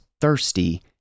thirsty